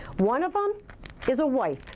one of them is a wipe.